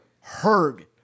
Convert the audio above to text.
herd